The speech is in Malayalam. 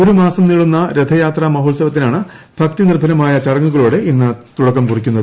ഒരു മാസം നീളുന്ന രഥയാത്രാമഹോൽസവത്തിനാണ് ഭക്തിനിർഭര ചടങ്ങുകളോടെ ഇന്ന് തുടക്കം കുറിക്കുന്നത്